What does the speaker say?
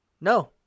No